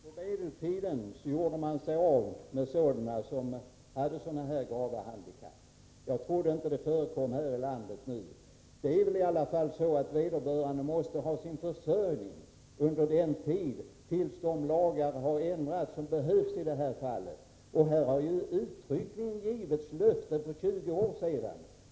Herr talman! På medeltiden gjorde man sig av med dem som hade sådana här grava handikapp. Jag trodde inte att det förekom nu här i landet. Det är väl i alla fall så att vederbörande måste ha sin försörjning under tiden tills man har gjort de lagändringar som behövs i det här fallet. Det har ju uttryckligen givits ett löfte för 20 år sedan.